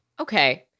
Okay